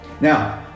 Now